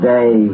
Day